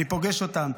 אני פוגש אותם.